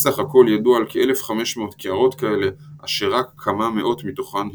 בסך הכל ידוע על כ-1,500 קערות כאלה אשר רק כמה מאות מתוכן התפרסמו.